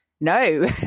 No